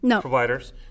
providers